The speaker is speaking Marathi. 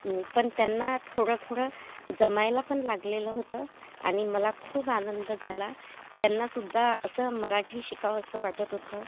पण त्यांना थोडा थोडा जमायला पण लागलेलं होतं आणि मला खूप आनंद झाला त्यांनासुद्धा असं मराठी शिकावंसं वाटत होतं